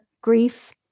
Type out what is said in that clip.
grief